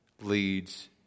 leads